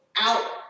out